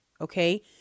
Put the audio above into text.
Okay